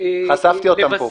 חשפתי אותם פה.